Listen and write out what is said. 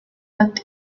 looked